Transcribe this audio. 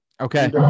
Okay